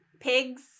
Pigs